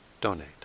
donate